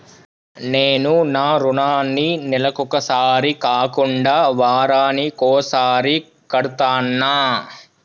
నేను నా రుణాన్ని నెలకొకసారి కాకుండా వారానికోసారి కడ్తన్నా